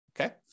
Okay